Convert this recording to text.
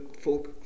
folk